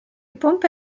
pompe